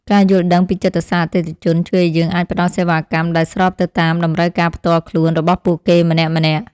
ការយល់ដឹងពីចិត្តសាស្ត្រអតិថិជនជួយឱ្យយើងអាចផ្ដល់សេវាកម្មដែលស្របទៅតាមតម្រូវការផ្ទាល់ខ្លួនរបស់ពួកគេម្នាក់ៗ។